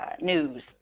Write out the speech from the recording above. news